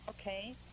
Okay